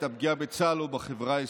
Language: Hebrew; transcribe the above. את הפגיעה בצה"ל ובהחברה הישראלית.